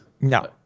No